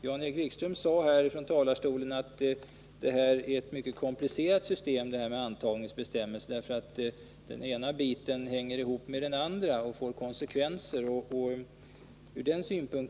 Jan-Erik Wikström sade från talarstolen att antagningsbestämmelserna utgör ett mycket komplicerat system. Den ena biten hänger ihop med den andra. En ändring på ett ställe får därför konsekvenser på andra ställen.